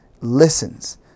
listens